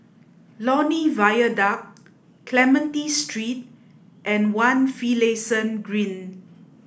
Lornie Viaduct Clementi Street and One Finlayson Green